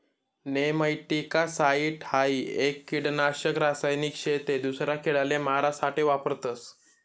nematicide हाई एक किडानाशक रासायनिक शे ते दूसरा किडाले मारा साठे वापरतस